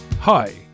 Hi